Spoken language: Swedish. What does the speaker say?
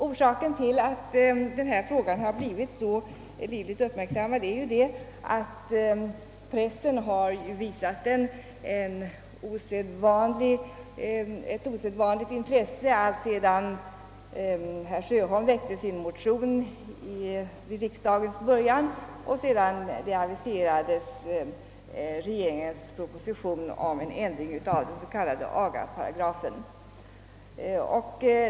Orsaken till att denna fråga har blivit så livligt uppmärksammad är att pressen har visat den ett osedvanligt intresse alltsedan herr Sjöholm väckte sin motion vid riksdagens början och regeringens proposition om en ändring av den s.k. agaparagrafen aviserades.